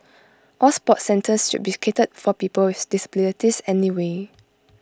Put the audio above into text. all sports centres should be catered for people with disabilities anyway